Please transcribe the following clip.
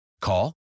Call